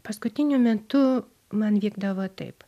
paskutiniu metu man vykdavo taip